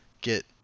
get